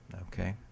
Okay